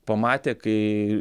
pamatė kai